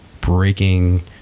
breaking